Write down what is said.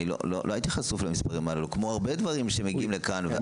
אני לא הייתי חשוף למספרים הללו כמו הרבה דברים שמגיעים לכאן.